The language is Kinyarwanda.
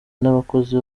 n’abakozi